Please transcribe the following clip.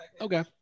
Okay